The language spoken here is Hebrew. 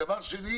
שנית,